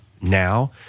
now